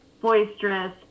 boisterous